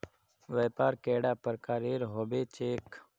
व्यापार कैडा प्रकारेर होबे चेक?